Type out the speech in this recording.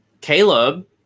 caleb